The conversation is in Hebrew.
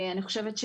אני חושבת,